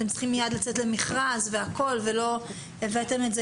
אתם צריכים מיד לצאת למכרז והכל ולא הבאתם את זה